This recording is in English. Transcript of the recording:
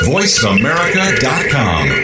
VoiceAmerica.com